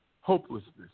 hopelessness